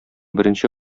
беренче